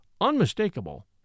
unmistakable